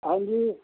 ਹਾਂਜੀ